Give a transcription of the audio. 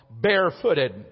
barefooted